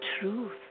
truth